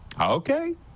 okay